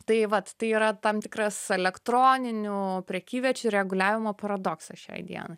tai vat tai yra tam tikras elektroninių prekyviečių reguliavimo paradoksas šiai dienai